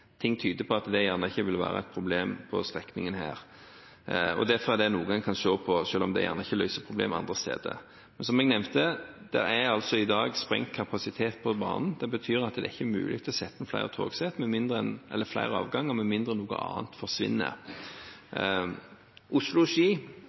at det ikke vil være et problem på denne strekningen, og derfor er det noe en kan se på selv om det ikke løser problemene andre steder. Men som jeg nevnte, er det i dag sprengt kapasitet på banen. Det betyr at det ikke er mulig å sette inn flere togsett eller flere avganger med mindre noe annet forsvinner.